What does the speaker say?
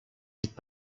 rites